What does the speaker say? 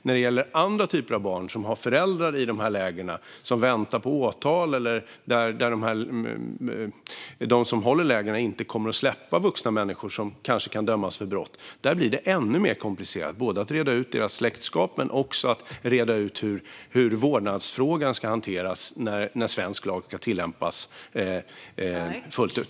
När det gäller andra typer av barn som har föräldrar i lägren som väntar på åtal eller när de som håller lägren inte kommer att släppa vuxna människor som kanske kan dömas för brott blir det ännu mer komplicerat att reda ut släktskap men också hur vårdnadsfrågan ska hanteras när svensk lag tillämpas fullt ut.